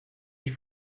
die